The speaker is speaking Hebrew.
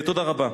תודה רבה.